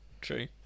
True